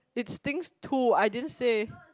its things too I didn't say